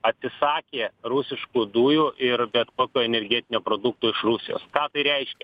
atsisakė rusiškų dujų ir bet kokių energetinių produktų iš rusijos ką tai reiškia